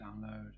download